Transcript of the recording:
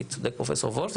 כי צודק פרופסור וולף,